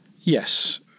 Yes